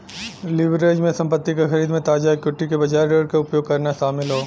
leverage में संपत्ति क खरीद में ताजा इक्विटी के बजाय ऋण क उपयोग करना शामिल हौ